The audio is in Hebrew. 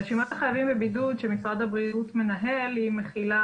רשימת החייבים בבידוד שמשרד הבריאות מנהל מכילה